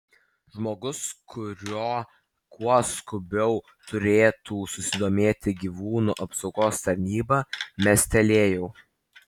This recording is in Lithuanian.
žmogus kuriuo kuo skubiau turėtų susidomėti gyvūnų apsaugos tarnyba mestelėjau